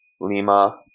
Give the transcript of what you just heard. Lima